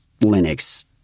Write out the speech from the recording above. Linux